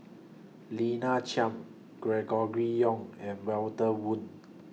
Lina Chiam Gregory Yong and Walter Woon